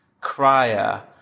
crier